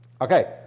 Okay